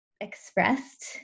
expressed